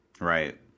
Right